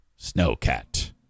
snowcat